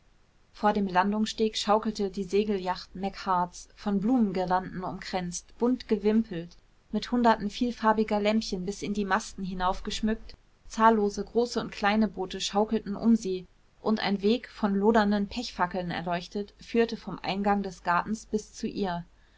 vor dem landungssteg schaukelte die segeljacht machearts von blumengirlanden umkränzt bunt gewimpelt mit hunderten vielfarbiger lämpchen bis in die masten hinauf geschmückt zahllose große und kleine boote schaukelten um sie und ein weg von lodernden pechfackeln erleuchtet führte vom eingang des gartens bis zu ihr